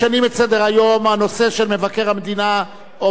הנושא של מבקר המדינה עובר לסעיף הבא.